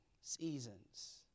Seasons